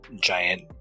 giant